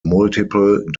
multiple